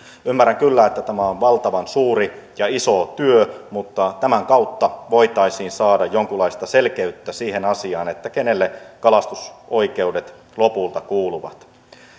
ymmärrän kyllä että tämä on valtavan suuri ja iso työ mutta tämän kautta voitaisiin saada jonkunlaista selkeyttä siihen asiaan kenelle kalastusoikeudet lopulta kuuluvat